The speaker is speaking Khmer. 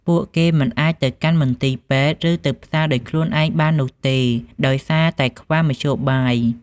ពួកគេមិនអាចទៅកាន់មន្ទីរពេទ្យ ឬទៅផ្សារដោយខ្លួនឯងបាននោះទេ ដោយសារតែខ្វះមធ្យោបាយ។